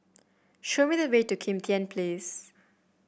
show me the way to Kim Tian Place